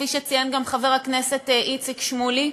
כפי שציין גם חבר הכנסת איציק שמולי.